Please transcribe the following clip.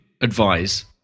advise